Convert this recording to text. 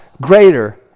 greater